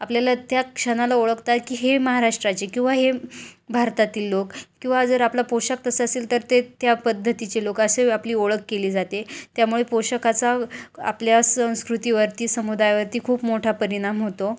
आपल्याला त्या क्षणाला ओळखतात की हे महाराष्ट्राचे किंवा हे भारतातील लोक किंवा जर आपला पोषाख तसं असेल तर ते त्या पद्धतीचे लोक असे आपली ओळख केली जाते त्यामुळे पोषाखाचा आपल्या संस्कृतीवरती समुदायावरती खूप मोठा परिणाम होतो